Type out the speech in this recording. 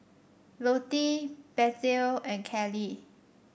Lottie Bethel and Kallie